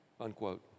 unquote